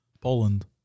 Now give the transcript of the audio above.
Poland